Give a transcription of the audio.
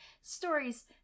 stories